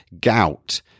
gout